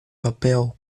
papel